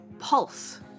pulse